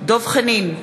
דב חנין,